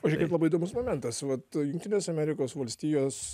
o žiūrėkit labai įdomus momentas vat jungtinės amerikos valstijos